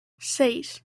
seis